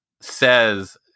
Says